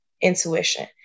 intuition